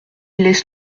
lès